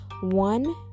One